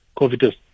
COVID